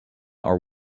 are